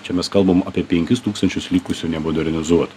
čia mes kalbam apie penkis tūkstančius likusių nemodernizuotų